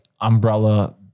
umbrella